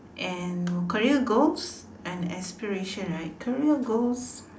and careers goals and aspiration right career goals